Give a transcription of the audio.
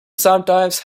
sometimes